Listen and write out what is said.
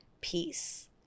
peace